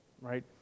right